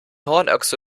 hornochse